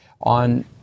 on